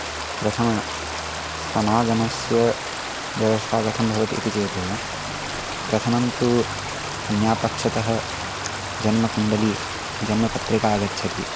प्रथमं समागमस्य व्यवस्था कथं भवति इति चेत् प्रथमं तु कन्यापक्षतः जन्मकुण्डली जन्मपत्रिका गच्छति